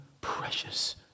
precious